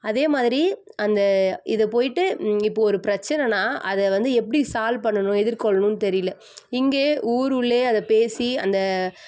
அதே மாதிரி அந்த இதை போய்ட்டு இப்போ ஒரு பிரச்சனைன்னா அத வந்து எப்டி சால்வ் பண்ணணும் எதிர்கொள்ளணும் தெரியல இங்கே ஊர் உள்ளே அதை பேசி அந்த